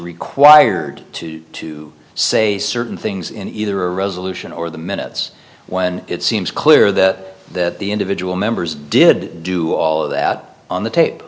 required to say certain things in either a resolution or the minutes when it seems clear that that the individual members did do all of that on the tape